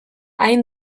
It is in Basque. hain